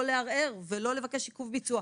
לא לערער ולא לבקש עיכוב ביצוע.